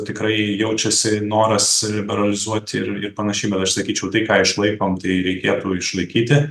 tikrai jaučiasi noras liberalizuoti ir panašiai bet aš sakyčiau tai ką išlaikom tai reikėtų išlaikyti